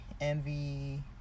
envy